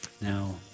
Now